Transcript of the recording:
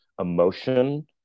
emotion